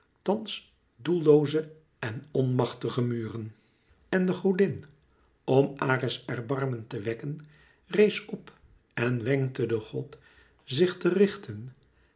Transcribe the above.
thans doellooze en onmachtige muren en de godin om ares erbarmen te wekken rees op en wenkte den god zich te richten